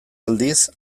aldiz